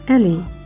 Ellie